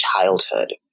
childhood